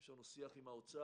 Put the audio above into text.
יש לנו שיח עם האוצר